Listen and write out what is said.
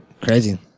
Crazy